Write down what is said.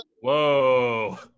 Whoa